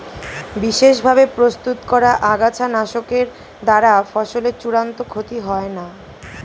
বিশেষ ভাবে প্রস্তুত করা আগাছানাশকের দ্বারা ফসলের চূড়ান্ত ক্ষতি হয় না